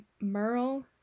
Merle